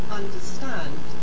understand